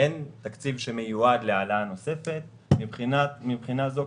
אין תקציב שמיועד להעלאה נוספת ומבחינה זו,